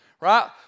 Right